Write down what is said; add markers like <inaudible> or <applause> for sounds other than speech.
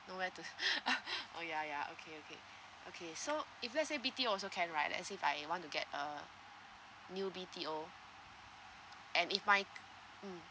no matter <laughs> oh ya ya okay okay okay so if let's say B_T_O also can right let's say if I want to get uh new B_T_O and if my mm